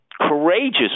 courageous